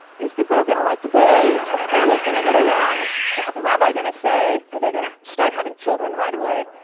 is the girl going to like the boy? are the families going to get along? what's the rabbi going to say? are they going to start having children right away?